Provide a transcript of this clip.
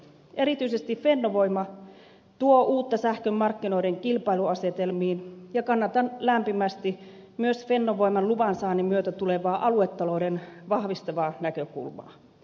erityisesti fennovoima tuo uutta sähkömarkkinoiden kilpailuasetelmiin ja kannatan lämpimästi myös fennovoiman luvansaannin myötä tulevaa aluetalouden vahvistavaa näkökulmaa